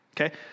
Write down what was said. Okay